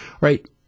right